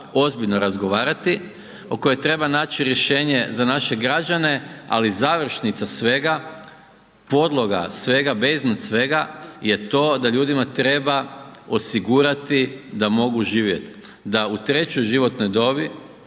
ozbiljno razgovarati, o kojoj treba naći rješenje za naše građane, ali završnica svega, podloga svega, …/Govornik se ne razumije/…svega je to da ljudima treba osigurati da mogu živjet, da u trećoj životnoj dobi,